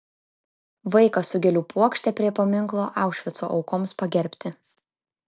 vaikas su gėlių puokšte prie paminklo aušvico aukoms pagerbti